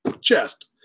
chest